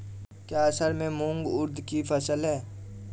क्या असड़ में मूंग उर्द कि फसल है?